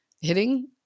hitting